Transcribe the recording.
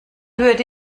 würde